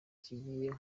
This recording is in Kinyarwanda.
kigiye